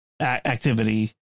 activity